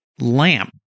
lamp